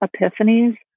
epiphanies